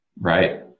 Right